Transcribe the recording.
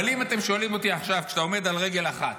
אבל אם אתם שואלים אותי עכשיו כשאני עומד על רגל אחת: